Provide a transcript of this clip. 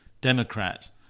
Democrat